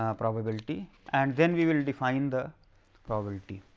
um probability, and then we will find the probability.